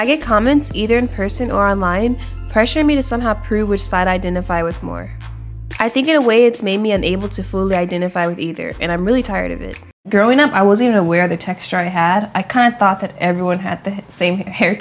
your comments either in person or on line pressuring me to somehow prove which side identify with more i think in a way it's made me unable to fully identify with either and i'm really tired of it growing up i was even aware of the texture i had i kind of thought that everyone had the same hair